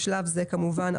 בשלב זה כמובן,